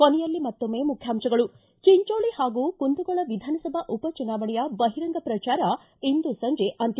ಕೊನೆಯಲ್ಲಿ ಮತ್ತೊಮ್ಮೆ ಮುಖ್ಯಾಂಶಗಳು ಿ ಚಿಂಚೋಳಿ ಹಾಗೂ ಕುಂದಗೋಳ ವಿಧಾನಸಭಾ ಉಪಚುನಾವಣೆಯ ಬಹಿರಂಗ ಪ್ರಚಾರ ಇಂದು ಸಂಜೆ ಅಂತ್ಯ